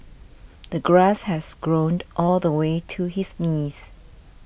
the grass has grown all the way to his knees